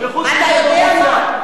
אתה יודע מה?